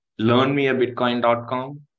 LearnMeABitcoin.com